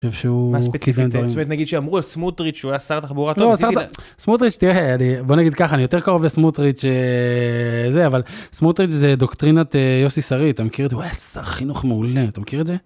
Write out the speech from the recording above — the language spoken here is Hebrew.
איזה שהוא כאילו נגיד שאמרו על סמוטריץ' שהוא עשה תחבורה טוב. סמוטריץ' בוא נגיד ככה אני יותר קרוב לסמוטריץ' זה אבל סמוטריץ' זה דוקטרינת יוסי שריד אתה מכיר את זה - הוא היה שר חינוך מעולה, אתה מכיר את זה?